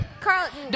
Carlton